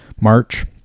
march